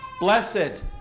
Blessed